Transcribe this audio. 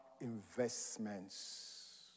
investments